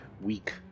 weak